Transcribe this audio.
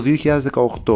2018